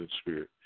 spirit